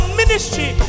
ministry